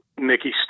Mickey